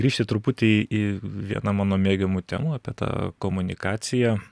grįžti truputį į vieną mano mėgiamų temų apie tą komunikaciją